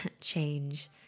change